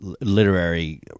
literary